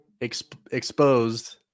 exposed